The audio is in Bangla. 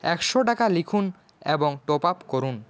একশো টাকা লিখুন এবং টপ আপ করুন